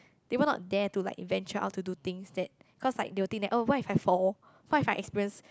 they will not dare to like venture out to do things that cause like they will think that oh what if I fall what if I experience